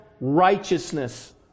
righteousness